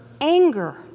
anger